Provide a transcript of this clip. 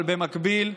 אבל במקביל,